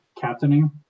captaining